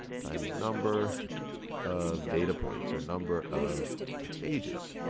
times number of data points, or number of ages.